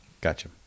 Gotcha